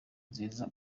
nziza